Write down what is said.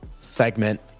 segment